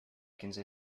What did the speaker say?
quinze